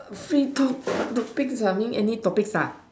free to~ topics ah means any topics ah